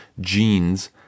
genes